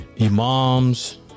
imams